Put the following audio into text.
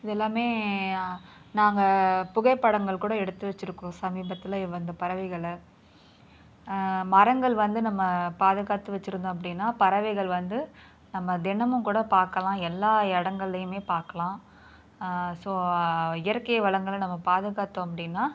இதெல்லாமே நாங்கள் புகைப்படங்கள் கூட எடுத்து வைச்சிருக்கோம் சமீபத்தில் வந்த பறவைகளை மரங்கள் வந்து நம்ம பாதுகாத்து வைச்சிருந்தோம் அப்படின்னா பறவைகள் வந்து நம்ம தினமும் கூட பார்க்கலாம் எல்லா இடங்கள்லையுமே பார்க்கலாம் ஸோ இயற்கை வளங்களை நம்ம பாதுகாத்தோம் அப்படின்னா